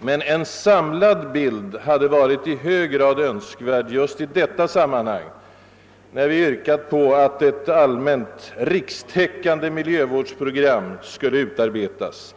men en någorlunda samlad bild hade varit i hög grad önskvärd just i detta sammanhang, när vi yrkat att ett allmänt, rikstäckande miljövårdsprogram skall utarbetas.